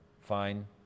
fine